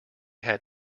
had